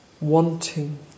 wanting